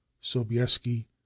Sobieski